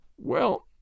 Well